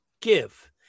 give